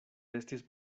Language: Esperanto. estis